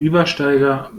übersteiger